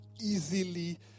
easily